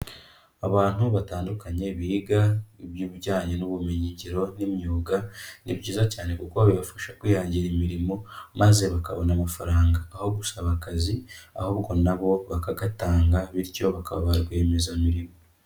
Abantu batandukanye biga ibijyanye n'ubumenyingiro n'imyuga, ni byiza cyane kuko bibafasha kwihangira imirimo maze bakabona amafaranga aho gusaba akazi ahubwo nabo bakagatanga bityo bakaba ba rwiyemezamirimo.